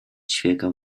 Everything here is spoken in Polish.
ćwieka